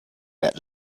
get